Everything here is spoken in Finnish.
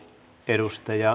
edustaja